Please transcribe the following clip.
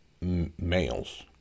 males